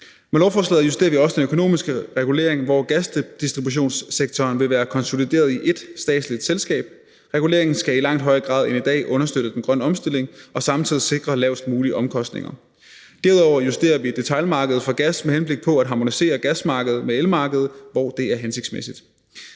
Med lovforslaget justerer vi også den økonomiske regulering, hvor gasdistributionssektoren vil være konsolideret i ét statsligt selskab. Reguleringen skal i langt højere grad end i dag understøtte den grønne omstilling og samtidig sikre lavest mulige omkostninger. Derudover justerer vi detailmarkedet for gas med henblik på at harmonisere gasmarkedet med elmarkedet, hvor det er hensigtsmæssigt.